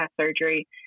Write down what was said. surgery